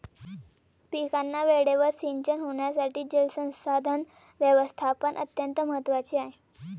पिकांना वेळेवर सिंचन होण्यासाठी जलसंसाधन व्यवस्थापन अत्यंत महत्त्वाचे आहे